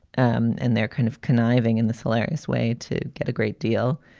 um and they're kind of conniving in this hilarious way to get a great deal.